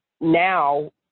now